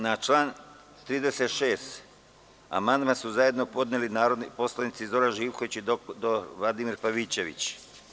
Na član 36. amandman su zajedno podneli narodni poslanici Zoran Živković i dr Vladimir Pavićević.